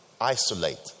Isolate